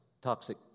toxic